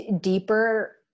deeper